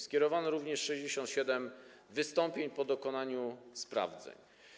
Skierowano również 67 wystąpień po dokonaniu sprawdzeń.